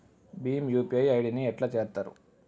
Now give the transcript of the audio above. Bhim UPI ID ని ఎట్లా చేత్తరు?